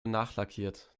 nachlackiert